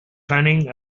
cunning